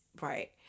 right